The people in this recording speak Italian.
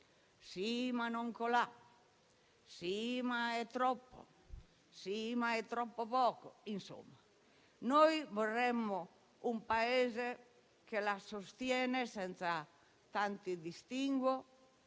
sì, ma non colà; sì, ma è troppo; sì, ma è troppo poco. Insomma, vorremmo un Paese che la sostiene senza tanti distinguo.